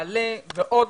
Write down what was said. נעל"ה ועוד